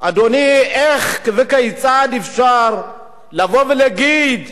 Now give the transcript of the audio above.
אדוני, איך וכיצד אפשר לבוא ולהגיד